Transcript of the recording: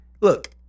look